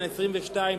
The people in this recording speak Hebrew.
בן 22,